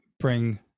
Bring